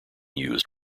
used